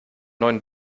neuen